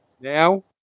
Now